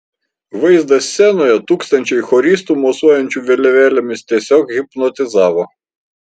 vaizdas scenoje tūkstančiai choristų mosuojančių vėliavėlėmis tiesiog hipnotizavo